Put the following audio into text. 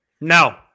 No